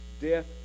death